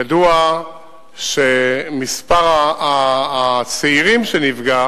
ידוע שמספר הצעירים שנפגע